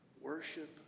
Worship